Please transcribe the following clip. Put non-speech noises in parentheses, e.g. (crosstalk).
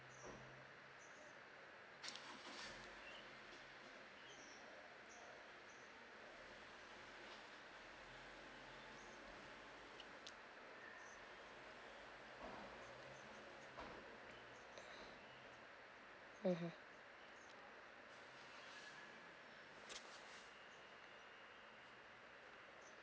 (breath) mmhmm